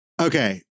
Okay